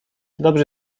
dobrzy